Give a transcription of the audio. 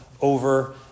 over